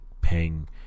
paying